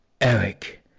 Eric